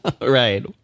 Right